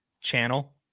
channel